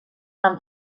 amb